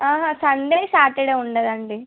ఆహా Sunday Saturday ఉండదండి